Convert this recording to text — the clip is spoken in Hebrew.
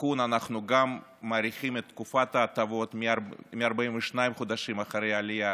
בתיקון אנחנו גם מאריכים את תקופת ההטבות מ-42 חודשים אחרי העלייה